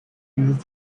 used